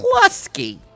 Plusky